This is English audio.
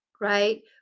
right